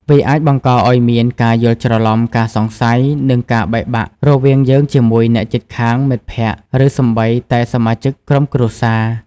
វាអាចបង្កឱ្យមាន ការយល់ច្រឡំ ការសង្ស័យ និងការបែកបាក់ រវាងយើងជាមួយអ្នកជិតខាង មិត្តភក្តិ ឬសូម្បីតែសមាជិកក្រុមគ្រួសារ។